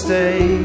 Stay